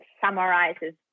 summarizes